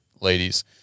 ladies